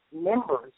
members